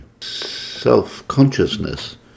self-consciousness